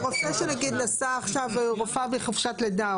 ורופא שנגיד נסע עכשיו לחוץ לארץ או רופאה בחופשת לידה,